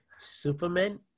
Superman